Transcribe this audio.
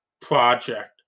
project